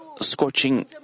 scorching